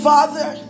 Father